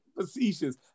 facetious